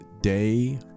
day